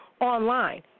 online